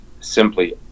simply